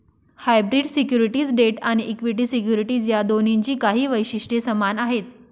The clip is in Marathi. हायब्रीड सिक्युरिटीज डेट आणि इक्विटी सिक्युरिटीज या दोन्हींची काही वैशिष्ट्ये समान आहेत